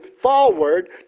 forward